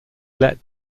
let